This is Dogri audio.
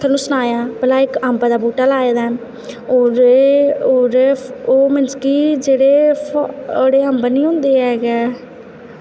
थोआनूं सनाया भला इक अम्ब दा बूह्टा लाए दा ऐ होर ओह् मीनस कि जेह्ड़े अम्ब नी होंदे हैन